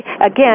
again